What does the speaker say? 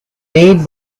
made